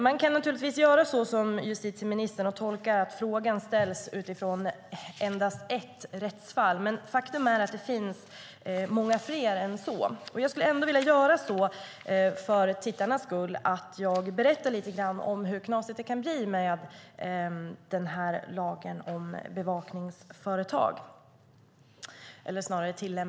Man kan naturligtvis göra som justitieministern, tolka att frågan ställs utifrån endast ett rättsfall. Men faktum är att det finns många fler än så. För tittarnas skull skulle jag vilja berätta lite grann om hur knasigt det kan bli med tillämpningen av lagen om bevakningsföretag.